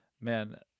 man